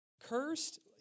cursed